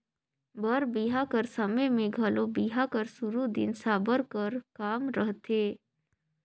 बर बिहा कर समे मे घलो बिहा कर सुरू दिन साबर कर काम रहथे